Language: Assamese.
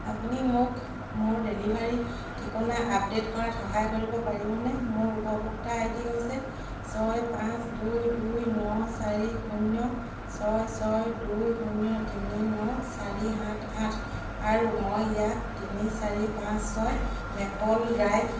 আপুনি মোক মোৰ ডেলিভাৰী ঠিকনা আপডে'ট কৰাত সহায় কৰিব পাৰিবনে মোৰ উপভোক্তা আই ডি হৈছে ছয় পাঁচ দুই দুই ন চাৰি শূন্য ছয় ছয় দুই শূন্য তিনি ন চাৰি সাত আঠ আৰু মই ইয়াক তিনি চাৰি পাঁঁচ ছয় মেপল ড্ৰাইভ